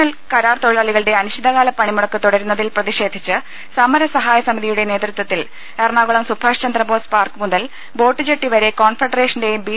L കരാർ തൊഴിലാളികളുടെ അനിശ്ചിതകാല പണി മുടക്ക് തുടരുന്നതിൽ പ്രതിഷേധിച്ച് സമര സഹായസമിതിയുടെ നേതൃത്വ ത്തിൽ എറണാകുളം സുഭാഷ് ചന്ദ്രബോസ് പാർക്ക് മുതൽ ബോട്ട് ജെട്ടി വ രെ കോൺഫെഡറേഷന്റെയും ബി